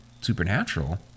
supernatural